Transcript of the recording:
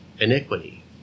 iniquity